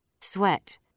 Sweat